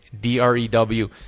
D-R-E-W